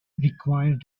required